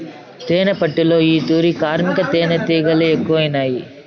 తేనెపట్టులో ఈ తూరి కార్మిక తేనీటిగలె ఎక్కువైనాయి